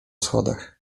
schodach